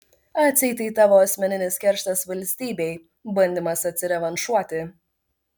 atseit tai tavo asmeninis kerštas valstybei bandymas atsirevanšuoti